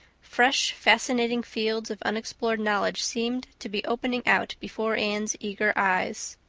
fresh, fascinating fields of unexplored knowledge seemed to be opening out before anne's eager eyes.